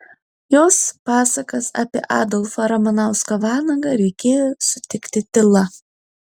jos pasakas apie adolfą ramanauską vanagą reikėjo sutikti tyla